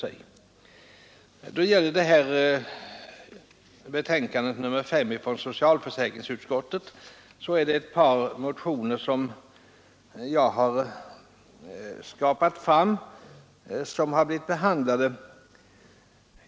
I socialförsäkringsutskottets betänkande nr 5 behandlas ett par motioner som jag har varit med om att väcka.